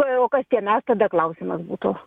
tai o kas tie mes tada klausimas būtų